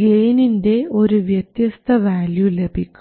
ഗെയിനിൻറെ ഒരു വ്യത്യസ്ത വാല്യു ലഭിക്കും